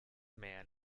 man